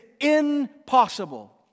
impossible